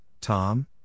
Tom